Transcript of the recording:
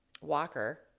Walker